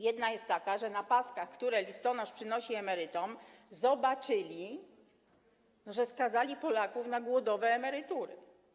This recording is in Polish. Jedna jest taka, że na paskach, które listonosz przynosi emerytom, zobaczyli, że skazali Polaków na głodowe emerytury.